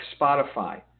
Spotify